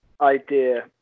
idea